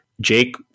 Jake